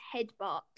headbutt